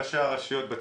ראשי הרשויות בצפון.